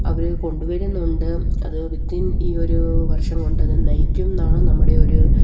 അവര് കൊണ്ടുവരുന്നുണ്ട് അത് വിത്തിൻ ഈയൊരു വർഷം കൊണ്ട് അത് നമ്മുടെ ഒരു